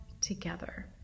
together